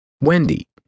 Wendy